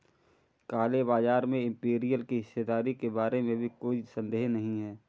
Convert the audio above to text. काले बाजार में इंपीरियल की हिस्सेदारी के बारे में भी कोई संदेह नहीं है